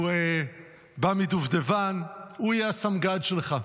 הוא בא מדובדבן, הוא יהיה הסמג"ד שלך.